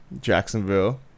Jacksonville